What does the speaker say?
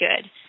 good